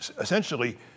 essentially